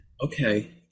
okay